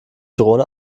drohne